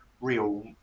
real